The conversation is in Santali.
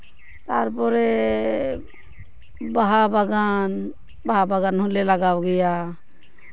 ᱛᱟᱨᱯᱚᱨᱮ ᱵᱟᱦᱟ ᱵᱟᱜᱟᱱ ᱵᱟᱦᱟ ᱵᱟᱜᱟᱱ ᱦᱚᱞᱮ ᱞᱟᱜᱟᱣ ᱜᱮᱭᱟ